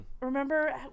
remember